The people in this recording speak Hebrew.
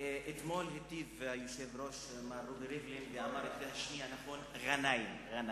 אתמול היטיב היושב-ראש מר רובי ריבלין לעשות ואמר את שמי נכון: ע'נאים,